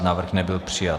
Návrh nebyl přijat.